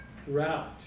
Throughout